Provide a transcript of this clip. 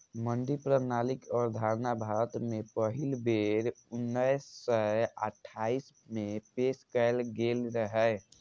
मंडी प्रणालीक अवधारणा भारत मे पहिल बेर उन्नैस सय अट्ठाइस मे पेश कैल गेल रहै